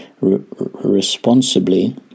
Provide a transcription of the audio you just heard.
responsibly